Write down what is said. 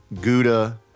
gouda